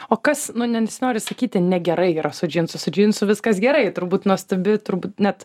o kas nu nesinori sakyti negerai yra su džinsu su džinsu viskas gerai turbūt nuostabi turbūt net